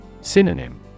Synonym